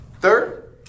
Third